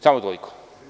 Samo toliko.